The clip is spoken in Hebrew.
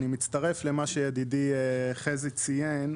אני מצטרף למה שידידי חזי ציין,